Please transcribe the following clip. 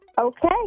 Okay